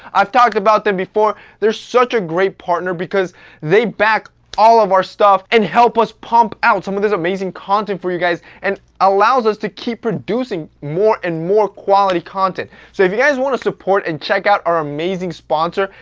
i've talked about them before there's such a great partner because they back all of our stuff and help us pump out some of this amazing content for you guys and allows us to keep producing more and more quality content. so if you guys want to support and check out our amazing sponsor,